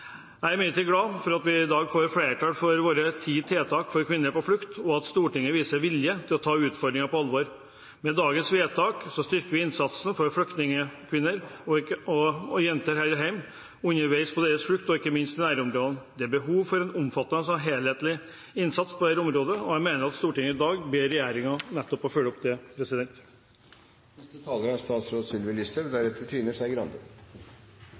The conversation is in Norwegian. Jeg er imidlertid glad for at vi i dag får flertall for våre ti tiltak for kvinner på flukt, og at Stortinget viser vilje til å ta utfordringene på alvor. Med dagens vedtak styrker vi innsatsen for flyktningkvinner og -jenter her hjemme, underveis på deres flukt og ikke minst i nærområdene. Det er behov for en omfattende og helhetlig innsats på dette området, og jeg mener at Stortinget i dag ber regjerningen om nettopp å følge opp det. Det er